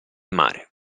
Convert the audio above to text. mare